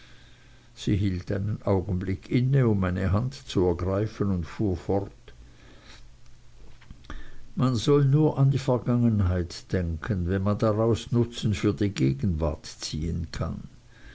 sie hielt einen augenblick inne um meine hand zu ergreifen und fuhr fort man soll nur an die vergangenheit denken wenn man daraus nutzen für die gegenwart ziehen kann